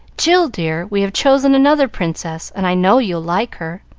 jill, dear, we have chosen another princess, and i know you'll like her.